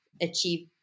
achieve